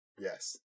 Yes